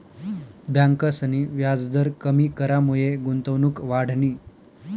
ब्यांकसनी व्याजदर कमी करामुये गुंतवणूक वाढनी